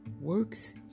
works